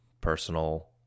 personal